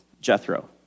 Jethro